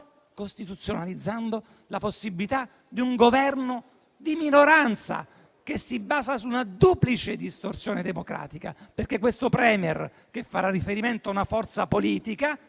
costituzionalizzando la possibilità di un governo di minoranza, che si basa su una duplice distorsione democratica, perché il *Premier* che farà riferimento a una forza politica